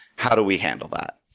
how do we handle that?